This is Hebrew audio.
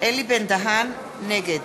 נגד